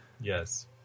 yes